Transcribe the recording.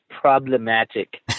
problematic